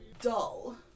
dull